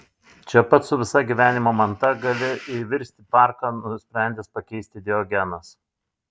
čia pat su visa gyvenimo manta gali įvirsti parką nusprendęs pakeisti diogenas